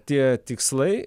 tie tikslai